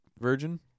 virgin